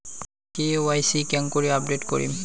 KYC কেঙ্গকরি update করিম?